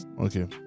Okay